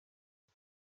jag